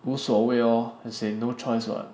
无所谓 as in no choice [what]